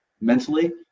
mentally